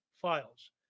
files